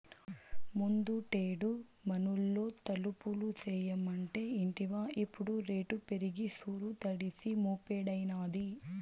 ముందుటేడు మనూళ్లో తలుపులు చేయమంటే ఇంటివా ఇప్పుడు రేటు పెరిగి సూరు తడిసి మోపెడైనాది